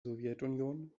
sowjetunion